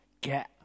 Get